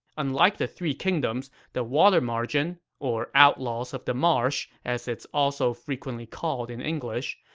unlike the three kingdoms, the water margin, or outlaws of the marsh as it's also frequently called in english,